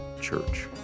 church